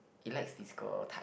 it likes physical touch